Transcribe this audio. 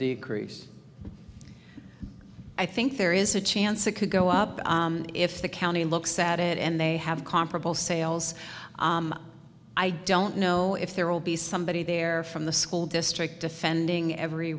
decrease i think there is a chance it could go up if the county looks at it and they have comparable sales i don't know if there will be somebody there from the school district defending every